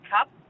Cup